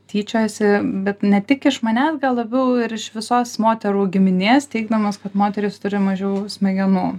tyčiojosi bet ne tik iš manęs gal labiau ir iš visos moterų giminės teigdamas kad moterys turi mažiau smegenų